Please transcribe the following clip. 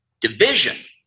Division